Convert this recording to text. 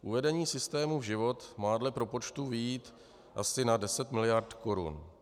Uvedení systému v život má dle propočtů vyjít asi na 10 miliard korun.